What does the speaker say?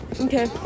Okay